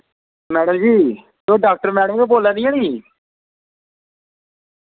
madam ji तुस doctor madam गै बोल्ला दियां निं